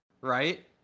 right